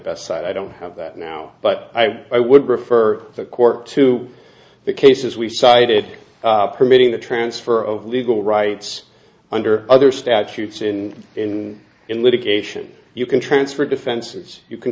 best side i don't have that now but i i would refer the court to the cases we cited permitting the transfer of legal rights under other statutes in in in litigation you can transfer defenses you can